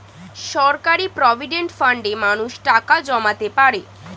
সরকারি প্রভিডেন্ট ফান্ডে মানুষ টাকা জমাতে পারে